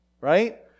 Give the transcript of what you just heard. right